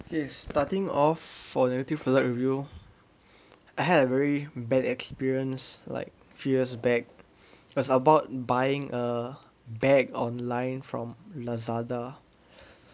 okay starting off for negative product review I had a very bad experience like three years back was about buying a bag online from Lazada